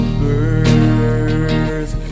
birth